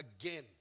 again